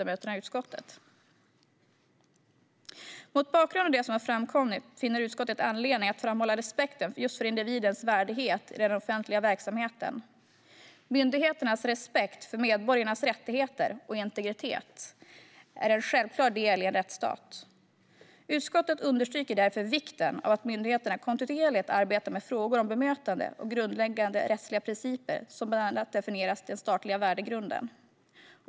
Mot bakgrund av det som har framkommit finner utskottet anledning att framhålla respekten just för individens värdighet i den offentliga verksamheten. Myndigheternas respekt för medborgarnas rättigheter och integritet är en självklar del av en rättsstat. Utskottet understryker därför vikten av att myndigheterna kontinuerligt arbetar med frågor om bemötande och grundläggande rättsliga principer som bland annat definieras i den statliga värdegrunden.